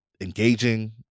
engaging